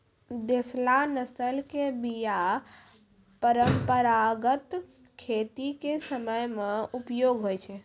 देशला नस्ल के बीया परंपरागत खेती के समय मे उपयोग होय छै